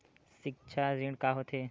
सिक्छा ऋण का होथे?